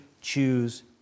choose